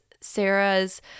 Sarah's